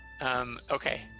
Okay